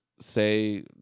say